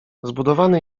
zbudowany